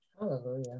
Hallelujah